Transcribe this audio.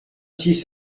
six